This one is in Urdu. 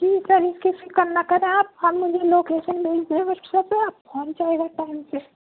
جی سر اس کی فکر نہ کریں آپ اور مجھے لوکیشن بھیج دیں واٹسپ پے آپ پہنچ جائے گا ٹائم سے